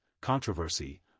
controversy